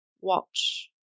watch